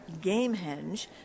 Gamehenge